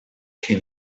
can